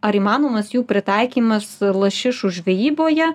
ar įmanomas jų pritaikymas lašišų žvejyboje